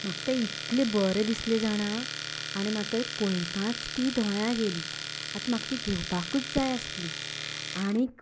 म्हाका ते इतलें बरें दिसले आनी म्हाका पळयताच तीं दोळ्यां गेली आता म्हाका ती घेवपाकच जाय आसली आनीक